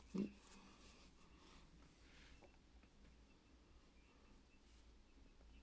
mm